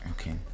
okay